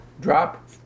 Drop